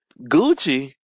Gucci